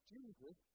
Jesus